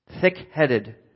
Thick-headed